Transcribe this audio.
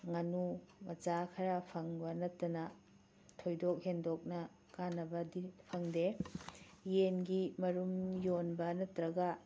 ꯉꯥꯅꯨ ꯃꯆꯥ ꯈꯔ ꯐꯪꯕ ꯅꯠꯇꯅ ꯊꯣꯏꯗꯣꯛ ꯍꯦꯟꯗꯣꯛꯅ ꯀꯥꯟꯅꯕꯗꯤ ꯐꯪꯗꯦ ꯌꯦꯟꯒꯤ ꯃꯔꯨꯝ ꯌꯣꯟꯕ ꯅꯠꯇ꯭ꯔꯒ